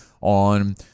on